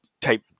type